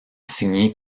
signé